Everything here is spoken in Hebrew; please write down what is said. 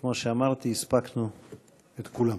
כמו שאמרתי, הספקנו את כולם.